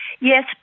Yes